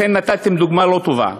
לכן, נתתם דוגמה לא טובה.